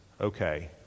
okay